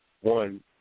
one